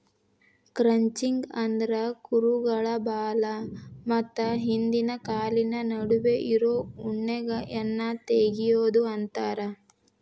crutching ಅಂದ್ರ ಕುರುಗಳ ಬಾಲ ಮತ್ತ ಹಿಂದಿನ ಕಾಲಿನ ನಡುವೆ ಇರೋ ಉಣ್ಣೆಯನ್ನ ತಗಿಯೋದು ಅಂತಾರ